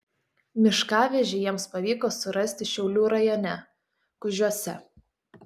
miškavežį jiems pavyko surasti šiaulių rajone kužiuose